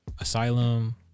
asylum